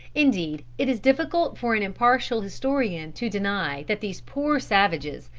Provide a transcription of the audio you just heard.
indeed, it is difficult for an impartial historian to deny, that these poor savages,